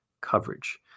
coverage